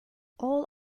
all